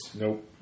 Nope